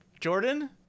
Jordan